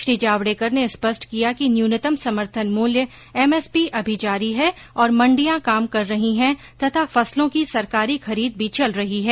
श्री जावडेकर ने स्पष्ट किया कि न्युनतम समर्थन मुल्य एम एस पी अभी जारी है और मंडियां काम कर रही हैं तथा फसलों की सरकारी खरीद भी चल रही है